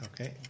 okay